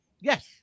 Yes